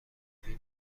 بینی